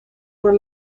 were